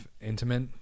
intimate